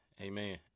Amen